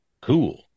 cool